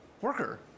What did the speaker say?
worker